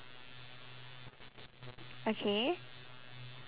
okay